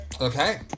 Okay